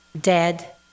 dead